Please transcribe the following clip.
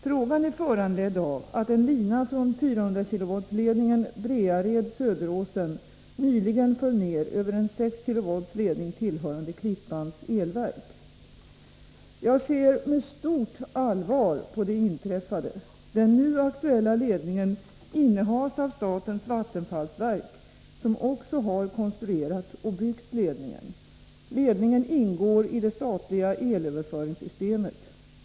Frågan är föranledd av att en lina från 400-kV-ledningen Breared Söderåsen nyligen föll ner över en 6-kV-ledning tillhörande Klippans elverk. Jag ser med stort allvar på det inträffade. Den nu aktuella ledningen innehas av statens vattenfallsverk, som också har konstruerat och byggt ledningen. Ledningen ingår i det statliga elöverföringssystemet.